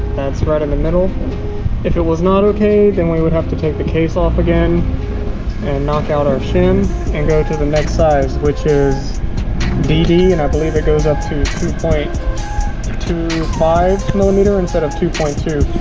that's right in the middle if it was not okay then we would have to take the case off again and knock out our shim and go to the next size which is dd and i believe that goes up two two point two five millimeter instead of two point two